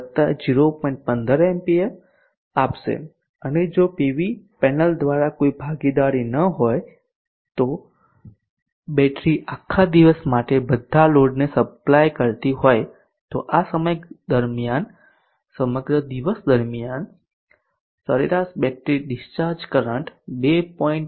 15 ampere આપશે અને જો પીવી પેનલ દ્વારા કોઈ ભાગીદારી ન હોય જો બેટરી આખા દિવસ માટે બધા લોડને સપ્લાય કરતી હોય તો આ સમગ્ર દિવસ દરમિયાન સરેરાશ બેટરી ડિસ્ચાર્જ કરંટ 2